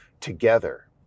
together